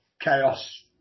chaos